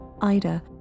Ida